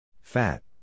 Fat